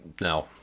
no